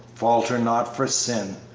falter not for sin,